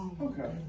Okay